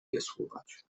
wiosłować